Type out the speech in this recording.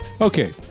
Okay